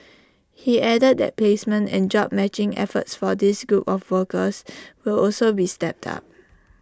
he added that placement and job matching efforts for this group of workers will also be stepped up